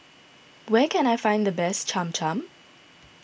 where can I find the best Cham Cham